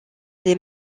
des